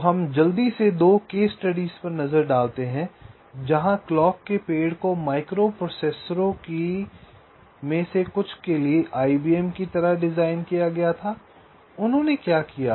तो हम जल्दी से 2 केस स्टडीज पर नजर डालते हैं जहां क्लॉक के पेड़ को माइक्रोप्रोसेसरों में से कुछ के लिए IBM की तरह डिजाइन किया गया था उन्होंने क्या किया